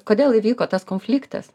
kodėl įvyko tas konfliktas